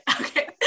okay